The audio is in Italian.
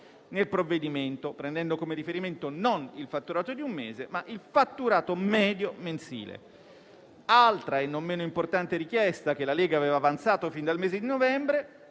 nel provvedimento in esame, prendendo come riferimento il fatturato non di un mese, ma il fatturato medio mensile. Altra e non meno importante richiesta che la Lega aveva avanzato fin dal mese di novembre